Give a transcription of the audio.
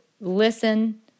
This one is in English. listen